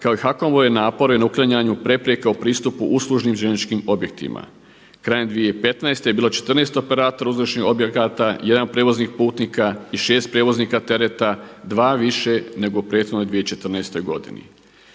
kao i HAKOM-ove napore na uklanjanju prepreka u pristupu uslužnim željezničkim objektima. Krajem 2015. je bilo 14 operatora uslužnih objekata, 1 prijevoznih putnika i 6 prijevoznika tereta, dva više nego u prethodnoj 2014. godini.